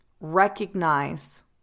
Recognize